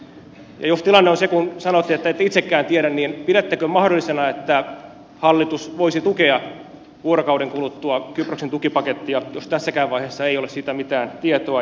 ja jos tilanne on kuten sanoitte että ette itsekään tiedä niin pidättekö mahdollisena että hallitus voisi tukea vuorokauden kuluttua kyproksen tukipakettia jos tässäkään vaiheessa ei ole siitä mitään tietoa